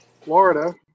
Florida